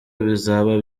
bizaba